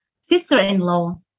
sister-in-law